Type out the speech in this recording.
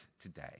today